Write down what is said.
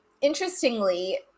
interestingly